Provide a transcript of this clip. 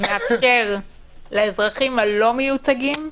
מאתגר לאזרחים הלא מיוצגים,